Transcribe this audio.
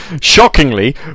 Shockingly